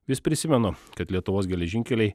vis prisimenu kad lietuvos geležinkeliai